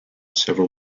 several